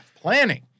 planning